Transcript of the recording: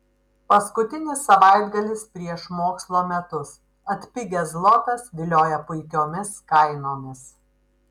paskutinis savaitgalis prieš mokslo metus atpigęs zlotas vilioja puikiomis kainomis